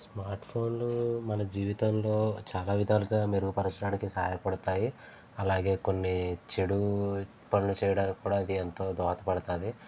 smart ఫోన్లు మన జీవితంలో చాలా విధాలుగా మెరుగుపరచడానికి సహాయపడతాయి అలాగే కొన్ని చెడు పనులు చేయడానికి కూడా అది ఎంతో దోహదపడుతుంది